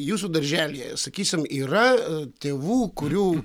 jūsų darželyje sakysim yra tėvų kurių